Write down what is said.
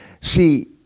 see